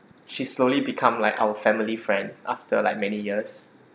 she slowly become like our family friend after like many years